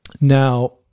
Now –